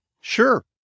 Sure